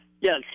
Yes